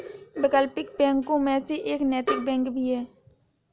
वैकल्पिक बैंकों में से एक नैतिक बैंक भी है